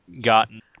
gotten